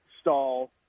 stall